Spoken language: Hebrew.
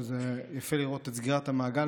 שזה יפה לראות את סגירת המעגל,